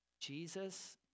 Jesus